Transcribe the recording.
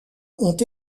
ont